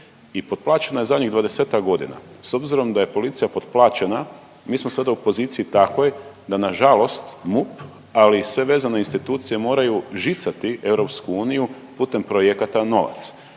i potplaćena je zadnjih 20-ak godina. S obzirom da je policija potplaćena mi smo sada u poziciji takvoj da nažalost MUP, ali i sve vezane institucije moraju žicati EU putem projekata novac.